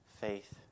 Faith